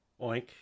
Oink